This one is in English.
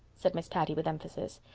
said miss patty with emphasis.